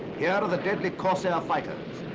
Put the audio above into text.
here are the deadly corsair fighters,